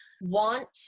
want